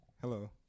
hello